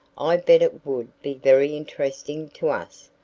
i bet it would be very interesting to us.